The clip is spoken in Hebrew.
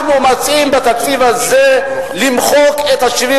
אנחנו מציעים בתקציב הזה למחוק את 75